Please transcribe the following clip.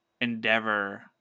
Endeavor